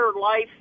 life